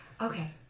Okay